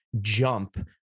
jump